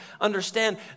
understand